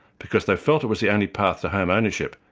because they felt it was the only path to home ownership,